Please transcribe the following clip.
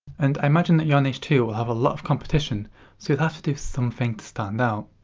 and i imagine that your niche too will have a lot of competition. so you'll have to do something to stand out.